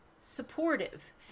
Supportive